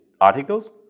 articles